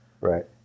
Right